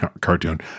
cartoon